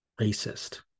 racist